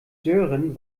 sören